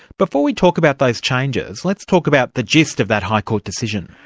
before we talk about those changes, let's talk about the gist of that high court decision.